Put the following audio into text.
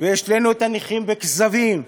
והשלינו את הנכים בכזבים,